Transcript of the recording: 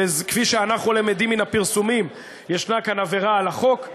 וכפי שאנחנו למדים מן הפרסומים יש כאן עבירה על החוק.